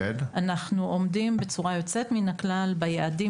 אנחנו עומדים בצורה יוצאת מן הכלל ביעדים